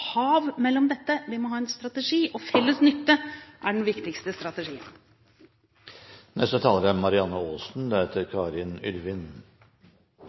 hav mellom dette. Vi må ha en strategi, og felles nytte er den viktigste strategien. En av de tingene som tydeliggjøres i denne meldingen, er